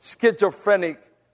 schizophrenic